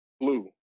Blue